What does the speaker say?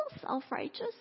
self-righteous